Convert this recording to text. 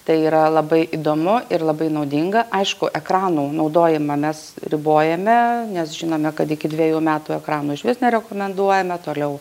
tai yra labai įdomu ir labai naudinga aišku ekranų naudojimą mes ribojame nes žinome kad iki dvejų metų ekrano išvis nerekomenduojame toliau